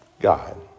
God